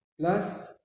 plus